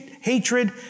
hatred